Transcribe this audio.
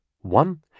One